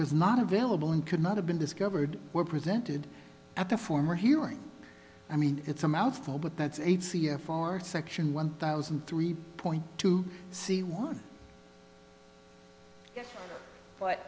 was not available and could not have been discovered were presented at the former hearing i mean it's a mouthful but that's eight c f r section one thousand three point two c one but